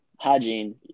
hygiene